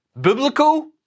Biblical